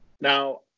Now